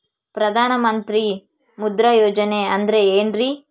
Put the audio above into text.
ಪ್ರಧಾನ ಮಂತ್ರಿ ಮುದ್ರಾ ಯೋಜನೆ ಅಂದ್ರೆ ಏನ್ರಿ?